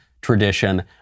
tradition